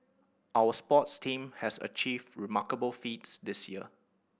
our sports team has achieved remarkable feats this year